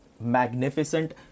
magnificent